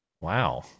Wow